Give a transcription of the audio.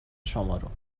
شمارو